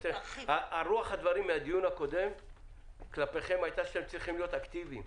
רוח הדברים מהדיון הקודם כלפיכם הייתה שאתם צריכים להיות אקטיביים.